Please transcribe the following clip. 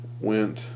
went